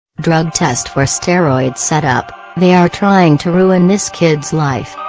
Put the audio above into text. drug test for steroids set up they are trying to ruin this kid's life